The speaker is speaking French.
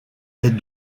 est